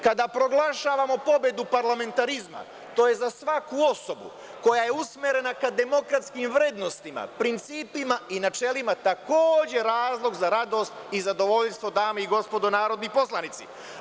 Kada proglašavamo pobedu parlamentarizma, to je za svaku osobu koja je usmerena ka demokratskim vrednostima, principa i načelima takođe razlog za radost i zadovoljstvo dame i gospodo narodni poslanici.